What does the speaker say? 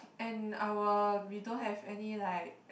and our we don't have any like